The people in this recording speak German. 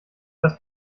das